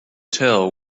tell